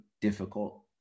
difficult